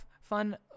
fun